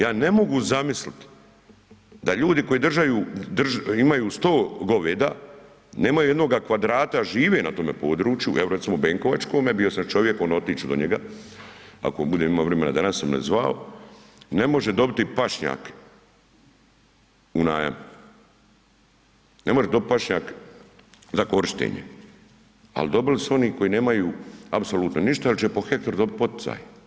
Ja ne mogu zamisliti da ljudi koji imaju 100 goveda, nemaju jednoga kvadrata a žive na tom području, evo recimo benkovačkome, bio sam s čovjekom, otić ću do njega ako budem imao vremena danas jer me zvao, ne može dobiti pašnjak u najam, ne može dobiti pašnjak za korištenje ali dobili su oni koji nemaju apsolutno ništa jer će po hektaru dobiti poticaje.